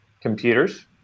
computers